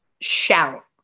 shout